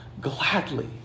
gladly